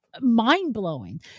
mind-blowing